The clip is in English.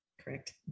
Correct